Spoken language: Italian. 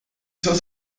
sono